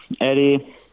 Eddie